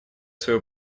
свою